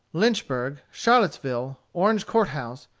lynchburg, charlottesville, orange court house,